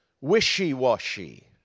wishy-washy